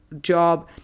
job